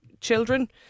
children